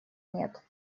нет